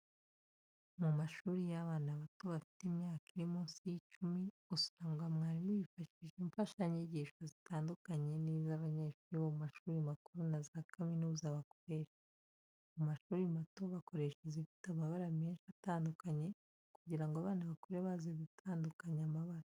Mu mashuri y'abana bato bafite imyaka iri munsi y'icumi, usanga mwarimu yifashisha imfashanyigisho zitandukanye ni zo abanyeshuri bo mu mashuri makuru na za kaminuza bakoresha. Mu mashuri mato bakoresha izifite amabara menshi atandukanye kugira ngo abana bakure bazi gutandukanya amabara.